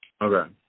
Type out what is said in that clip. Okay